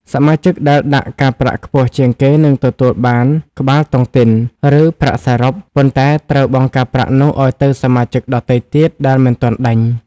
សមាជិកដែលដាក់ការប្រាក់ខ្ពស់ជាងគេនឹងទទួលបាន "ក្បាលតុងទីន" ឬប្រាក់សរុប ប៉ុន្តែត្រូវបង់ការប្រាក់នោះទៅឱ្យសមាជិកដទៃទៀតដែលមិនទាន់ដេញ។